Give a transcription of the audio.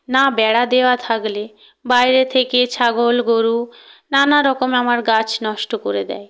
না বেড়া দেওয়া থাকলে বাইরে থেকে ছাগল গরু নানারকম আমার গাছ নষ্ট করে দেয়